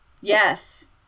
Yes